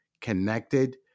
connected